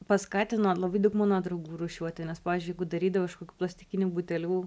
paskatino labai daug mano draugų rūšiuoti nes pavyzdžiui jeigu darydavau iš kokių plastikinių butelių